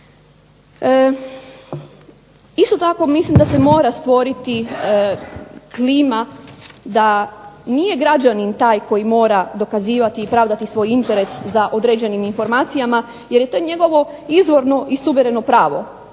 Isto tako mislim da se mora stvoriti klima da nije građanin taj koji mora dokazivati i pravdati svoj interes za određenim informacijama jer je to njegovo izvorno i suvereno pravo.